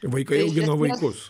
vaikai augino vaikus